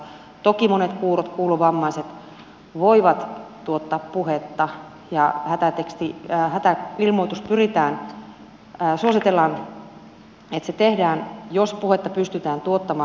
toki monet kuurot kuulovammaiset voivat tuottaa puhetta ja suositellaan että hätäilmoitus tehdään jos puhetta pystytään tuottamaan